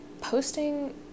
posting